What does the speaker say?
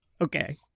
okay